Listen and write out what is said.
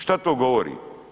Šta to govori?